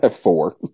four